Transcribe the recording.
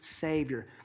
Savior